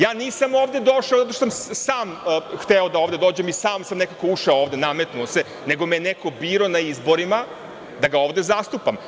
Nisam ovde došao zato što sam sam hteo ovde da dođem, sam sam nekako ušao ovde, nametnuo se, nego me je neko birao na izborima da ga ovde zastupam.